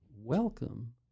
welcome